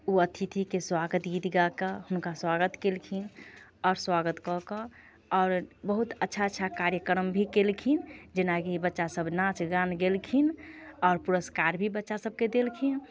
ओ अतिथिके स्वागत गीत गाकऽ हुनकर स्वागत केलखिन आओर स्वागत कऽ कऽ आओर बहुत अच्छा अच्छा कार्यक्रम भी केलखिन जेना कि बच्चा सभ नाच गान गेलखिन आओर पुरस्कार भी बच्चा सभके देलखिन